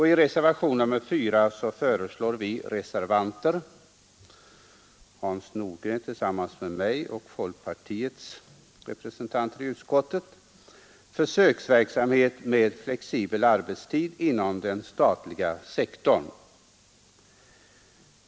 I reservationen 4 föreslår vi reservanter — Hans Nordgren tillsammans med mig och folkpartiets representanter i utskottet — försöksverksamhet med flexibel arbetstid inom den statliga sektorn.